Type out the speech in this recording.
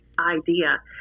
idea